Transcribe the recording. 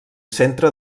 centre